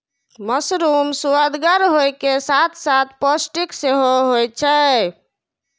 mushroom सुअदगर होइ के साथ साथ पौष्टिक सेहो होइ छै